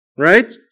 Right